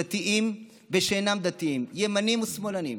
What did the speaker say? דתיים ושאינם דתיים, ימנים ושמאלנים.